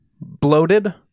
bloated